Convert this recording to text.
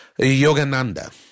Yogananda